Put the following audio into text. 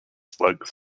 slugs